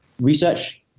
research